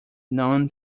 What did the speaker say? known